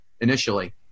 initially